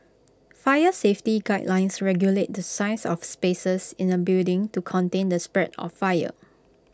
fire safety guidelines regulate the size of spaces in A building to contain the spread of fire